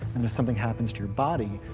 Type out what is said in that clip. and if something happens to your body,